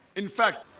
in fact,